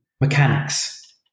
mechanics